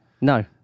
No